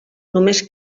només